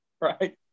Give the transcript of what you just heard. right